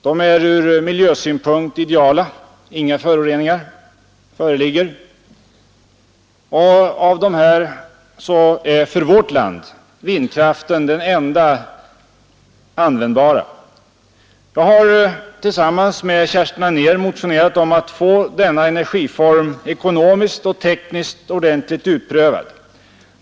De är ur miljösynpunkt ideala — inga föroreningar föreligger. Av dessa energikällor är för vårt land vindkraften den mest användbara. Jag har tillsammans med Kerstin Anér motionerat om att få denna energiform ekonomiskt och tekniskt ordentligt utprövad.